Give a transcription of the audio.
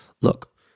look